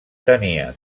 tenia